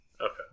Okay